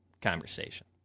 conversation